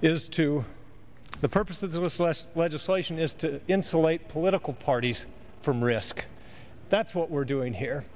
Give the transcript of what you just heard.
is to the purposes of this last legislation is to insulate political parties from risk that's what we're doing here